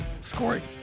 scoring